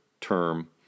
term